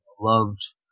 loved